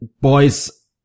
boys